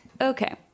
Okay